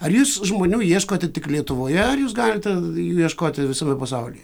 ar jūs žmonių ieškote tik lietuvoje ar jūs galite jų ieškoti visame pasaulyje